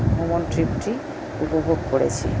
এমন ট্রিপটি উপভোগ করেছি